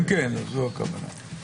כן, זו הכוונה.